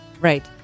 Right